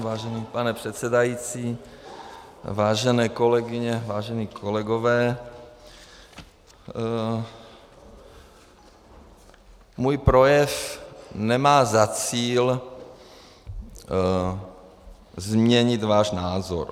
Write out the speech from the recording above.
Vážený pane předsedající, vážené kolegyně, vážení kolegové, můj projev nemá za cíl změnit váš názor.